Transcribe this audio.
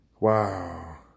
Wow